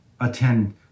attend